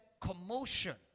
commotion